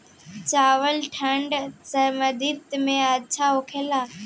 चावल ठंढ सह्याद्री में अच्छा होला का?